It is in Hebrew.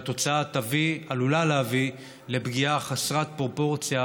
והתוצאה עלולה להביא לפגיעה חסרת פרופורציה